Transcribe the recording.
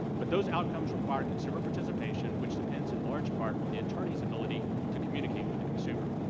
but those outcomes require consumer participation which depends, in large part, on the attorney's ability to communicate with the consumer.